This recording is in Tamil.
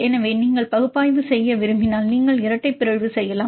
எனவே நீங்கள் பகுப்பாய்வு செய்ய விரும்பினால் நீங்கள் இரட்டை பிறழ்வு செய்யலாம்